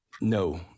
No